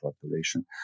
population